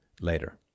later